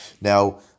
Now